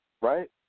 right